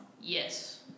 Yes